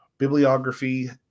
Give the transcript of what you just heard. bibliography